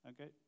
Okay